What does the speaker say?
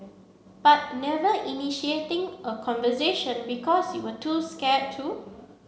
but never initiating a conversation because you were too scared to